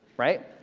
right?